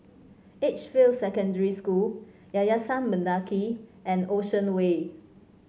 Edgefield Secondary School Yayasan Mendaki and Ocean Way